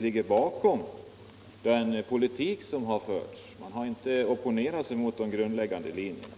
har väl i den politik som förts inte opponerat sig mot de grundläggande linjerna.